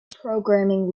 programming